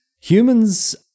Humans